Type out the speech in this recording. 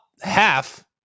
half